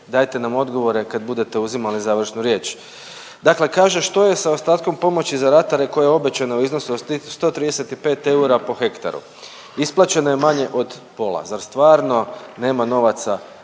dajete nam odgovore kad budete uzimali završnu riječ. Dakle, kaže što je sa ostatkom pomoći za ratare koja je obećana u iznosu od 135 eura po hektaru. Isplaćeno je manje od pola. Zar stvarno nema novaca